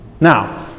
Now